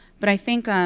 but i think